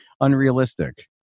unrealistic